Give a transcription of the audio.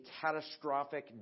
catastrophic